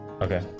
Okay